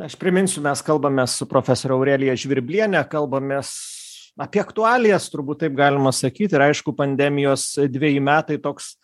aš priminsiu mes kalbamės su profesore aurelija žvirbliene kalbamės apie aktualijas turbūt taip galima sakyt ir aišku pandemijos dveji metai toks